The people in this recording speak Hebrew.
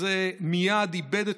אבל ה-Read my lips הזה מייד איבד את